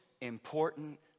important